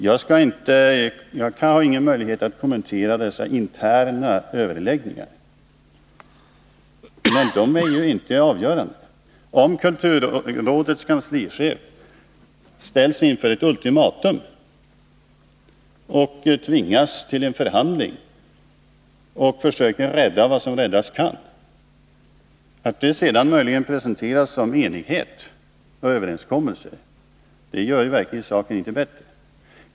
Jag har ingen möjlighet att kommentera dessa interna överläggningar, men de är inte avgörande. Om kulturrådets kanslichef ställs inför ett ultimatum, tvingas till en förhandling och försöker rädda vad som räddas kan och detta sedan presenteras som enighet och överenskommelser gör det verkligen inte saken bättre.